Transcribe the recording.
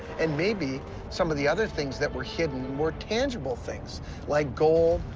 and maybe some of the other things that were hidden, more tangible things like gold,